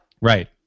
Right